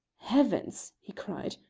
heavens! he cried,